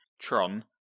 Tron